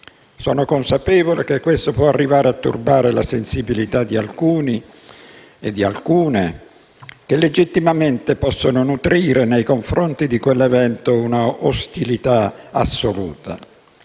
sono consapevole che questo può arrivare a turbare la sensibilità di alcuni e di alcune, che legittimamente possono nutrire nei confronti di quell'evento un'ostilità assoluta,